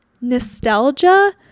nostalgia